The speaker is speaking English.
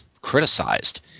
criticized –